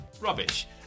Rubbish